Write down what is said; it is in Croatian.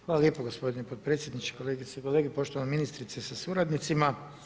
Hvala lijepo gospodine potpredsjedniče, kolegice i kolege, poštovana ministrice sa suradnicima.